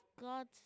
God